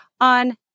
on